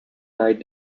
night